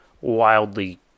wildly